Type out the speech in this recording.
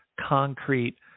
concrete